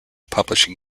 publishing